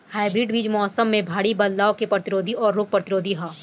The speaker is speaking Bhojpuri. हाइब्रिड बीज मौसम में भारी बदलाव के प्रतिरोधी और रोग प्रतिरोधी ह